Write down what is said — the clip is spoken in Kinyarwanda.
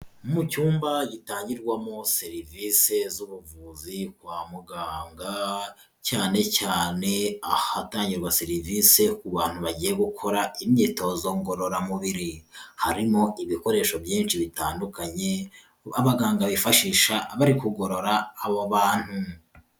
Mu cyumba gitangirwamo serivisi z'ubuvuzi kwa muganga, cyane cyane ahatangirwa serivisi ku bantu bagiye gukora imyitozo ngororamubiri, harimo ibikoresho byinshi bitandukanye abaganga bifashisha bari kugorora abo bantu.